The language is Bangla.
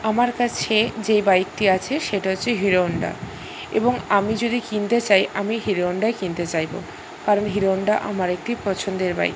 আমার কাছে যে বাইকটি আছে সেটা হচ্ছে হিরোহন্ডা এবং আমি যদি কিনতে চাই আমি হিরোহন্ডাই কিনতে চাইবো কারণ হিরোহন্ডা আমার একটি পছন্দের বাইক